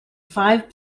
five